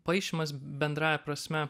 paišymas bendrąja prasme